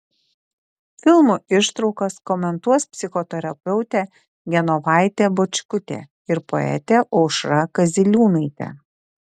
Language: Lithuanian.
filmų ištraukas komentuos psichoterapeutė genovaitė bončkutė ir poetė aušra kaziliūnaitė